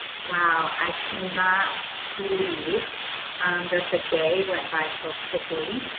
wow. i cannot believe that the day went by so quickly.